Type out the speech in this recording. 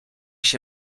się